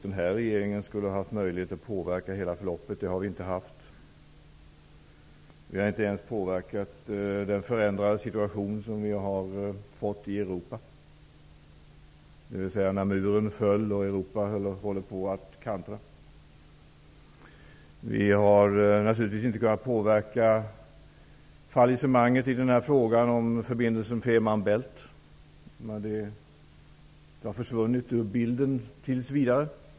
Denna regering har inte haft möjlighet att påverka förloppet. Vi har inte ens påverkat den förändrade situationen i Europa, dvs. med murens fall och när Europa höll på att kantra. Vi har naturligtvis inte kunnat påverka fallissemanget i frågan om förbindelsen över Femer Bælt. Den frågan har tills vidare försvunnit ur bilden.